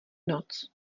noc